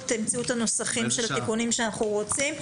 ותמצאו את הנוסחים של התיקונים שאנחנו רוצים.